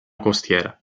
costiera